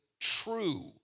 true